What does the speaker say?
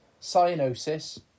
cyanosis